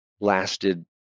lasted